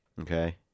Okay